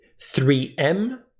3M